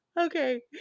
Okay